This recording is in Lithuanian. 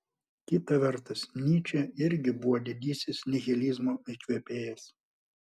kita vertus nyčė irgi buvo didysis nihilizmo įkvėpėjas